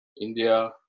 India